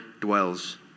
dwells